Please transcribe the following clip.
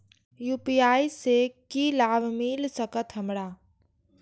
UPI से की लाभ मिल सकत हमरा?